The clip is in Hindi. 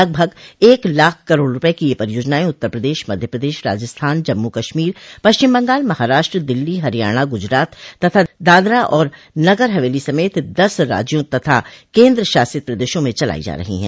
लगभग एक लाख करोड़ रुपये की यह परियोजनाएं उत्तर प्रदेश मध्य प्रदेश राजस्थान जम्मू कश्मीर पश्चिम बंगाल महाराष्ट्र दिल्ली हरियाणा गुजरात तथा दादरा और नगर हवेली समेत दस राज्यों तथा केन्द्र शासित प्रदेशों में चलाई जा रही हैं